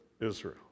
Israel